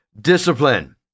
discipline